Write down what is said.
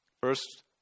First